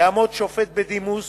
יעמוד שופט בדימוס